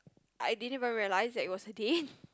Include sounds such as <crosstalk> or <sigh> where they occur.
I didn't even realise that it was a date <laughs>